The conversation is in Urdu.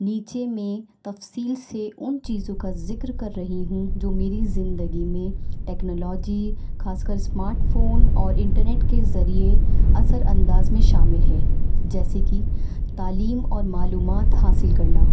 نیچے میں تفصیل سے ان چیزوں کا ذکر کر رہی ہوں جو میری زندگی میں ٹیکنالوجی ک خاص کر اسمارٹ فون اور انٹرنیٹ کے ذریعے اثر انداز میں شامل ہے جیسے کہ تعلیم اور معلومات حاصل کرنا